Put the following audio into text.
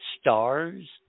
stars